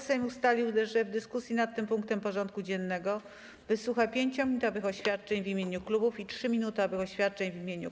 Sejm ustalił, że w dyskusji nad tym punktem porządku dziennego wysłucha 5-minutowych oświadczeń w imieniu klubów i 3-minutowych oświadczeń w imieniu kół.